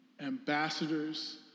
ambassadors